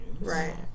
right